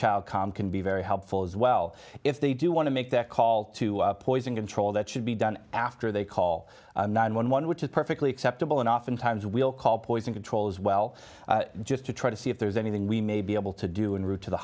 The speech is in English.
child calm can be very helpful as well if they do want to make that call to poison control that should be done after they call nine one one which is perfectly acceptable and oftentimes we'll call poison control as well just to try to see if there's anything we may be able to do in route to the